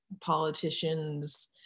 politicians